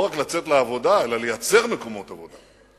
לא רק לצאת לעבודה אלא לייצר מקומות עבודה.